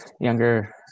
younger